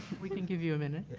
we can give you a minute